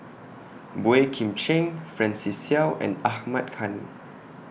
Boey Kim Cheng Francis Seow and Ahmad Khan